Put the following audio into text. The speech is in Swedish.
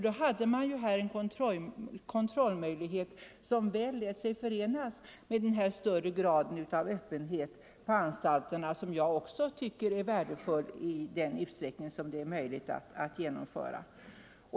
Då hade man en kontrollmöjlighet som väl lät sig förenas med den större grad av öppenhet på anstalterna som jag också tycker är värdefull att genomföra i den utsträckning det är möjligt.